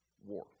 war